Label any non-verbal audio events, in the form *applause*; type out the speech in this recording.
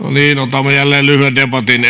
otamme jälleen lyhyen debatin *unintelligible*